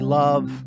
love